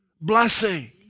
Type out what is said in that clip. Blessing